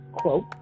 quote